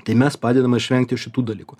tai mes padedam išvengti ir šitų dalykų